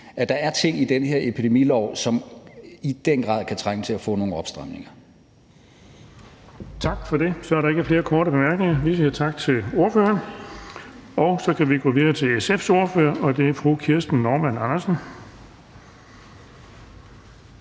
at der er ting i den her epidemilov, som i den grad kan trænge til at få nogle opstramninger.